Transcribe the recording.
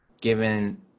given